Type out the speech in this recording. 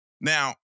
Now